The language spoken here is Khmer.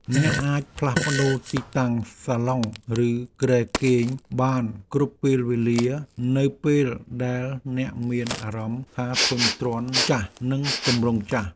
អ្នកអាចផ្លាស់ប្ដូរទីតាំងសាឡុងឬគ្រែគេងបានគ្រប់ពេលវេលានៅពេលដែលអ្នកមានអារម្មណ៍ថាធុញទ្រាន់នឹងទម្រង់ចាស់។